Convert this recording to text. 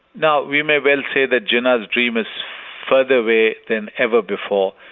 now we may well say that jinnah's dream is further away than ever before,